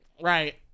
Right